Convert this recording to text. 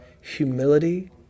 humility